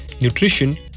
nutrition